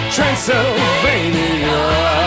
Transylvania